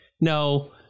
no